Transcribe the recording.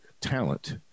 talent